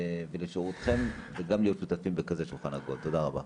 תודה רבה.